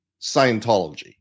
scientology